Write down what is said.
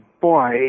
boy